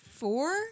four